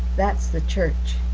that's the church.